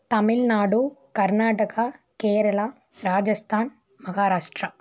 Tamil Nadu Karnataka Kerala Rajasthan Maharashtra